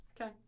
Okay